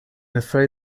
afraid